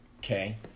Okay